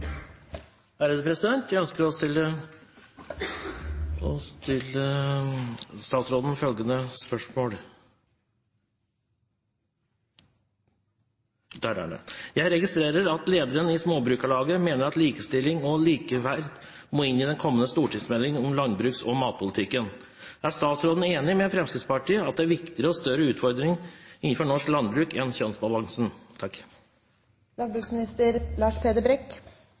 deres arbeid. Jeg ønsker å stille statsråden følgende spørsmål: «Jeg registrerer at lederen i Småbrukarlaget mener at likestilling og likeverd må inn i den kommende stortingsmeldingen om landbruks- og matpolitikken. Er statsråden enig med Fremskrittspartiet i at det er viktigere og større utfordringer innenfor norsk landbruk enn kjønnsbalansen?»